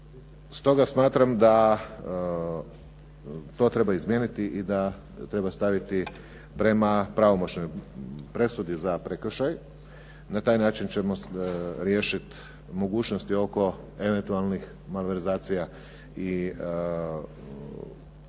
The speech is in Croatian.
stoga smatram da to treba izmijeniti i da treba staviti prema pravomoćnoj presudi za prekršaj. Na taj način ćemo riješiti mogućnosti oko eventualnih malverzacija i problematike